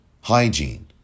hygiene